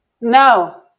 No